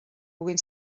puguin